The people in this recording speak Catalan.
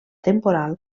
temporal